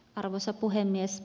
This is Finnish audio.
arvoisa puhemies